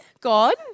God